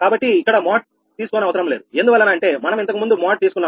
కాబట్టి ఇక్కడ మోడ్ తీసుకోనవసరం లేదు ఎందువలన అంటే మనం ఇంతకుముందు మోడ్ తీసుకున్నాం